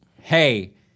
hey